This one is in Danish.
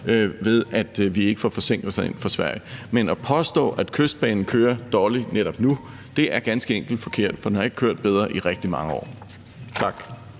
ved at vi ikke får forsinkelser ind fra Sverige. Men at påstå, at Kystbanen kører dårligt netop nu, er ganske enkelt forkert, for den har ikke kørt bedre i rigtig mange år. Tak.